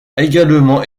également